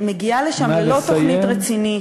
-- מגיעה לשם ללא תוכנית רצינית,